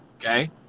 okay